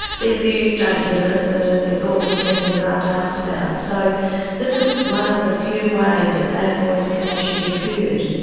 their views don't get elicited and their thoughts and feelings aren't asked about. so this is one of the few ways that their voice can actually be heard.